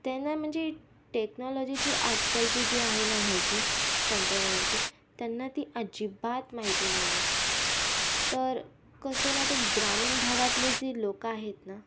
त्यांना म्हणजे टेक्नाॅलॉजीची आजकालची जी आहे ना माहिती तंत्रज्ञानाची त्यांना ती अजिबात माहिती नाही आहे तर कसं ना ते ग्रामीण भागातले जे लोकं आहेत ना